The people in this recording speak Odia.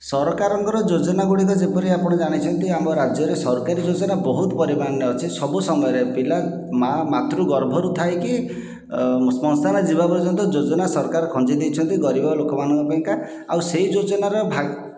ସରକାରଙ୍କର ଯୋଜନା ଗୁଡ଼ିକ ଯେପରି ଆପଣ ଜାଣିଛନ୍ତି ଆମ ରାଜ୍ୟରେ ସରକାରୀ ଯୋଜନା ବହୁତ ପରିମାଣରେ ଅଛି ସବୁ ସମୟରେ ପିଲା ମା' ମାତୃ ଗର୍ଭରୁ ଥାଇକି ଶ୍ମଶାନ ଯିବା ପର୍ଯ୍ୟନ୍ତ ଯୋଜନା ସରକାର ଖଞ୍ଜି ଦେଇଛନ୍ତି ଗରିବ ଲୋକମାନଙ୍କ ପାଇଁକା ଆଉ ସେ ଯୋଜନାର ଭାଗ